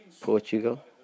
Portugal